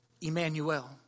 Emmanuel